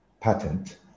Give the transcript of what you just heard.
patent